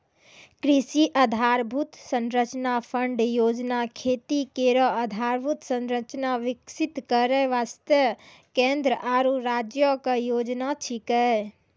कृषि आधारभूत संरचना फंड योजना खेती केरो आधारभूत संरचना विकसित करै वास्ते केंद्र आरु राज्यो क योजना छिकै